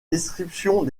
descriptions